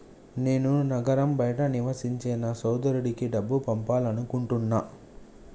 నేను నగరం బయట నివసించే నా సోదరుడికి డబ్బు పంపాలనుకుంటున్నా